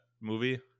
movie